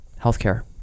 healthcare